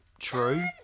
true